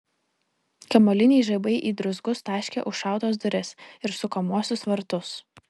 kamuoliniai žaibai į druzgus taškė užšautas duris ir sukamuosius vartus